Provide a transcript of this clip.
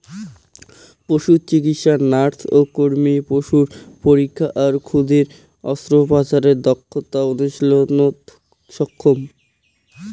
পশুচিকিৎসা nurse ও কর্মী পশুর পরীক্ষা আর ক্ষুদিরী অস্ত্রোপচারের দক্ষতা অনুশীলনত সক্ষম